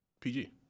PG